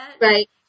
Right